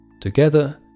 Together